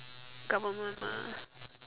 government mah